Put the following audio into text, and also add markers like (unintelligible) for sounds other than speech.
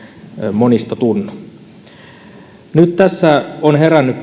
monista tunnu perussuomalaisissa on nyt herännyt (unintelligible)